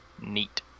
Neat